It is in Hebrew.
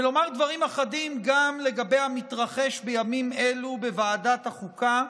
ולומר דברים אחדים גם לגבי המתרחש בימים אלו בוועדת החוקה,